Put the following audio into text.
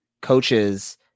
coaches